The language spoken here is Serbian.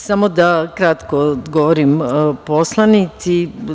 Samo da kratko odgovorim poslanici.